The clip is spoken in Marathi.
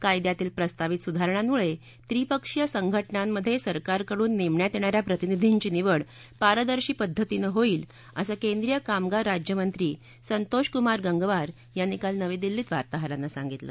कायद्यातील प्रस्तावित सुधारणांमुळे त्रिपक्षीय संघटनांमध्ये सरकारकडून नेमण्यात येणाऱ्या प्रतिनिधींची निवड पारदर्शी पद्धतीनं होईल असं केंद्रीय कामगार राज्यमंत्री संतोष्कुमार गंगवार यांनी काल नवी दिल्लीत वार्ताहरांना सांगितलं